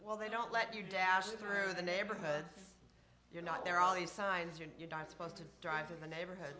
well they don't let you down through the neighborhood you're not there all these signs you're supposed to drive to the neighborhood